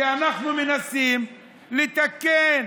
כי אנחנו מנסים לתקן.